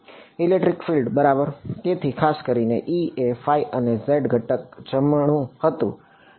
electric field બરાબર તેથી ખાસ કરીને E એ અને Z ઘટક જમણું હતું અને